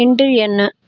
இன்று என்ன